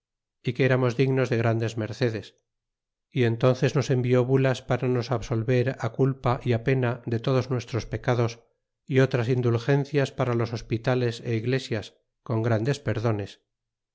eramos dignos de grandes mercedes y entnces nos envió bulas para nos absolver culpa y pena de todos nuestros pecados é otras indulgencias para los hospitales y iglesias con grandes perdones